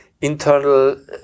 internal